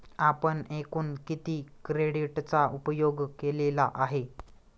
आपण एकूण किती क्रेडिटचा उपयोग केलेला आहे?